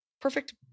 Perfect